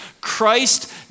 Christ